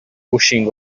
rushing